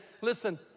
listen